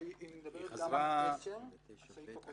או שאם זה אסמכתאות יותר מורכבות,